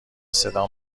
صدا